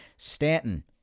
Stanton